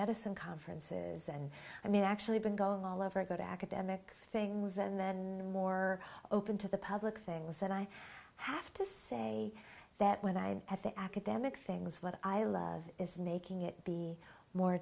medicine conferences and i mean actually been going all over good academic things and then more open to the public thing was that i have to say that when i had the academic things what i love is making it be more